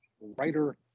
writer